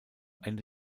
ende